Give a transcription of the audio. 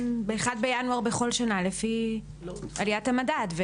ב-1 בינואר בכל שנה לפי עליית המדד.